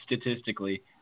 statistically